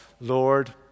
Lord